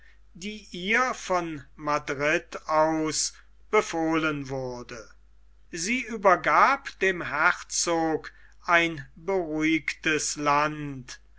die ihr von madrid aus befohlen wurde sie übergab dem herzog ein beruhigtes land